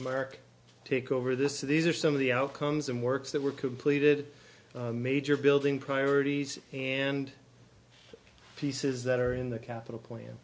mark take over this these are some of the outcomes and works that were completed major building priorities and pieces that are in the capital plan